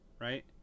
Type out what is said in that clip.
Right